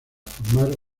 formar